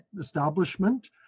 establishment